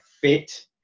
Fit